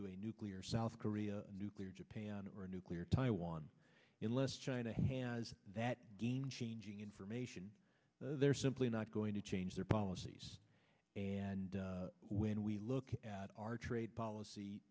to a nuclear south korea nuclear japan or a nuclear taiwan unless china has that game changing information they're simply not going to change their policies and when we look at our trade policy